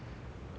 I think so